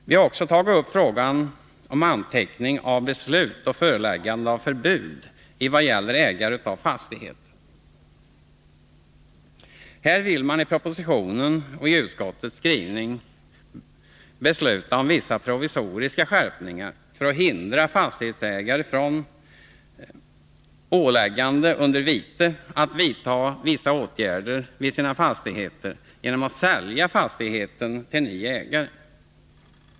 Vi har också tagit upp frågan om anteckning av beslut och föreläggande eller förbud vad gäller ägare av fastigheter. Här vill man i propositionen och i utskottets skrivning besluta om vissa provisoriska skärpningar för att hindra fastighetsägare att komma ifrån åläggande vid vite att vidta vissa åtgärder i sina fastigheter genom att sälja fastigheten till ny ägare.